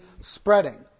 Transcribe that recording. spreading